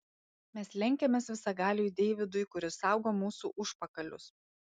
mes lenkiamės visagaliui deividui kuris saugo mūsų užpakalius